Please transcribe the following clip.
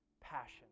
passion